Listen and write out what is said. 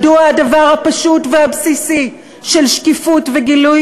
מדוע הדבר הפשוט והבסיסי של שקיפות וגילוי